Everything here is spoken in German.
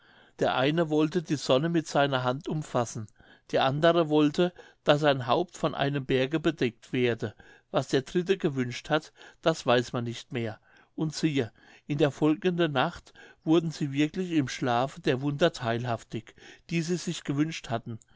der eine wollte die sonne mit seiner hand umfassen der andere wollte daß sein haupt von einem berge bedeckt werde was der dritte gewünscht hat das weiß man nicht mehr und siehe in der folgenden nacht wurden sie wirklich im schlafe der wunder theilhaftig die sie sich gewünscht hatten